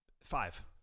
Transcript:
Five